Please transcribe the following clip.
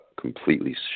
completely